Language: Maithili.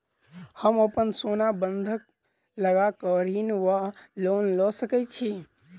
हम अप्पन सोना बंधक लगा कऽ ऋण वा लोन लऽ सकै छी?